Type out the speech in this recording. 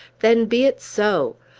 then be it so!